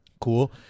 Cool